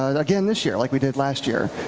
again this year like we did last year.